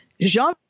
jean